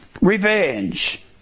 revenge